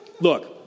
look